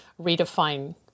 redefine